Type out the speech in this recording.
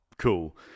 cool